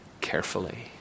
carefully